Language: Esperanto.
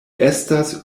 estas